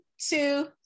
two